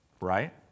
Right